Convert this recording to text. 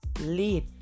lead